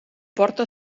porta